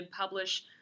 publish